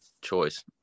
choice